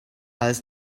als